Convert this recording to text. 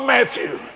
Matthew